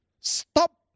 stop